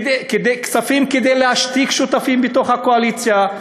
כספים כדי להשתיק שותפים בתוך הקואליציה,